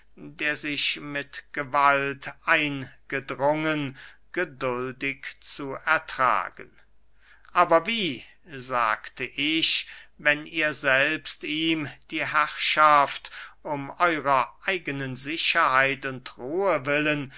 der sich mit gewalt eingedrungen geduldig zu ertragen aber wie sagte ich wenn ihr selbst ihm die herrschaft um euerer eigenen sicherheit und ruhe willen